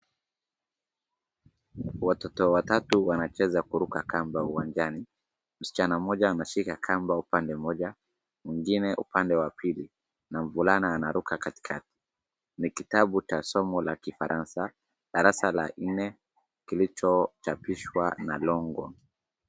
Watoto watatu wanacheza kuruka kamba uwanjani. Msichana mmoja ameshika kamba upande mmoja, mwingine upande wa pili na mvulana anaruka katikati. Ni kitabu cha somo la Kifaransa, darasa la nne, kilichochapishwa na Longhorn .